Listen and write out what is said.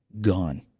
gone